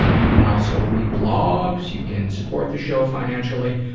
you can also read blogs, you can support the show financially,